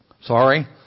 Sorry